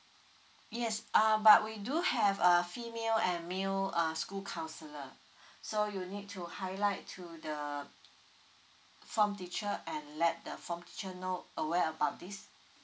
yes uh but we do have a female and male err school counsellor so you need to highlight to the form teacher and let the form teacher know aware about this